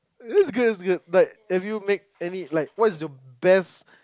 that's good that's good like have you made any like what's your best